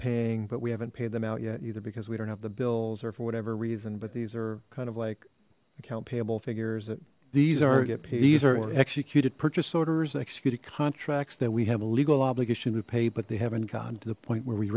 paying but we haven't paid them out yet either because we don't have the bills or for whatever reason but these are kind of like account payable figures these are these are executed purchase orders executed contracts that we have a legal obligation to pay but they haven't gone to the point where we